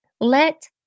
Let